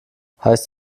heißt